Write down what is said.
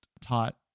taught